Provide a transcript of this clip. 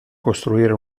costruire